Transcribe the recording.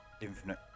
infinite